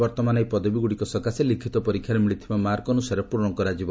ବର୍ତ୍ତମାନ ଏହି ପଦବୀଗୁଡ଼ିକ ସକାଶେ ଲିଖିତ ପରୀକ୍ଷାରେ ମିଳିଥିବା ମାର୍କ ଅନୁସାରେ ପ୍ରରଣ କରାଯିବ